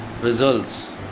results